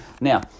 now